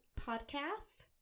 Podcast